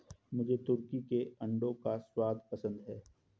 मुझे तुर्की के अंडों का स्वाद पसंद है